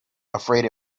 afraid